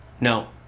No